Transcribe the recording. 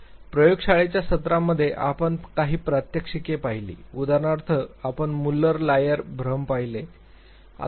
प्रयोगशाळेच्या सत्रांमध्ये आपण काही प्रात्यक्षिके पाहिली उदाहरणार्थ आपण मुल्लर लायर भ्रम पाहिले